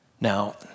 Now